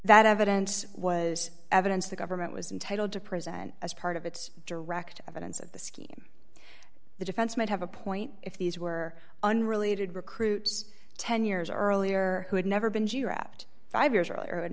that evidence was evidence the government was intitled to present as part of its direct evidence of the scheme the defense might have a point if these were unrelated recruits ten years earlier who had never been to your apt five years earlier